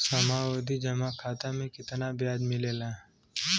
सावधि जमा खाता मे कितना ब्याज मिले ला?